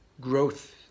growth